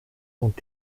und